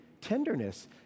tenderness